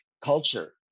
culture